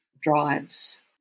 drives